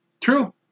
true